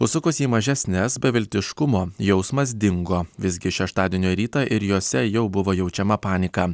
užsukus į mažesnes beviltiškumo jausmas dingo visgi šeštadienio rytą ir jose jau buvo jaučiama panika